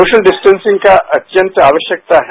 social distancing का अत्यंत आवश्यकता है